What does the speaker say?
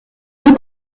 deux